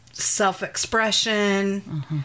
Self-expression